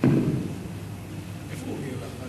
אדוני היושב-ראש,